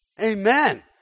Amen